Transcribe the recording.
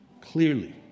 clearly